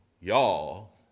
y'all